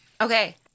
Okay